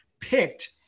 picked